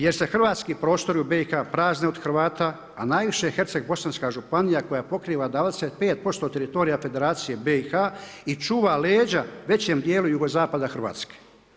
Jer se hrvatski prostori u BIH prazne od Hrvata, a najviše Herceg-bosanska županija koja pokriva 25% teritorija Federacije BIH i čuva leđa većem dijelu jugozapada Hrvatske.